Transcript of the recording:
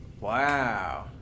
wow